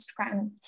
Instagram